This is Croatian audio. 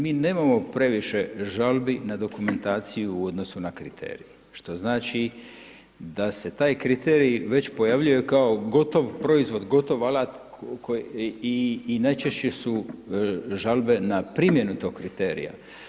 Mi nemamo previše žalbi na dokumentaciju u odnosu na kriterije, što znači da se taj kriterij već pojavljuje kao gotov proizvod, gotov alat i najčešće su žalbe na primjenu tog kriterija.